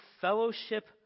fellowship